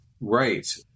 Right